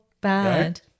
bad